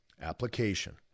Application